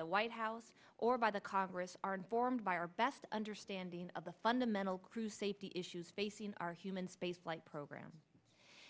the white house or by the congress are informed by our best understanding of the fundamental crew safety issues facing our human spaceflight program